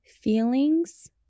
feelings